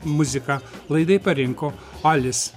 muziką laidai parinko alis